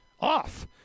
off